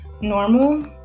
normal